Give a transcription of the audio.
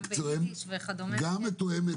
גם מתואמת,